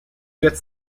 gets